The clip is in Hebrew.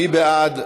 מי בעד?